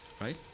Right